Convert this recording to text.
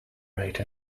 rate